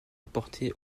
apporté